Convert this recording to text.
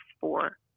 four